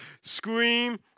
scream